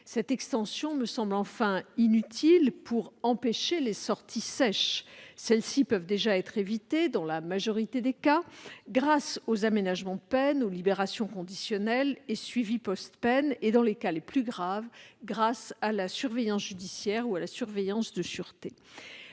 cette extension me semble inutile pour empêcher les sorties sèches. Celles-ci peuvent déjà être évitées dans la majorité des cas grâce aux aménagements de peine, aux libérations conditionnelles et suivi post-peine et, dans les cas les plus graves, à la surveillance judiciaire ou à la surveillance de sûreté.